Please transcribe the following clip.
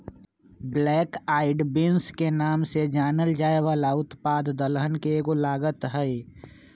black eyed beans के नाम से जानल जाये वाला उत्पाद दलहन के एगो लागत हई